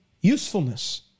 usefulness